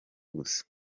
gusa